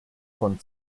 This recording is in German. von